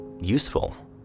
useful